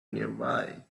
nearby